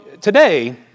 today